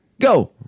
go